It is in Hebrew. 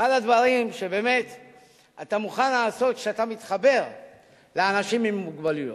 זה אחד הדברים שבאמת אתה מוכן לעשות כשאתה מתחבר לאנשים עם מוגבלויות.